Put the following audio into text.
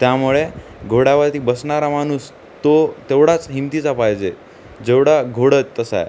त्यामुळे घोड्यावरती बसणारा मानूस तो तेवढाच हिमतीचा पाहिजे जेवढा घोडं तसा आहे